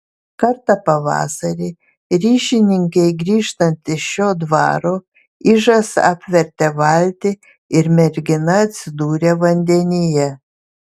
kartą pavasarį ryšininkei grįžtant iš šio dvaro ižas apvertė valtį ir mergina atsidūrė vandenyje